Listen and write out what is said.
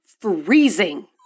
freezing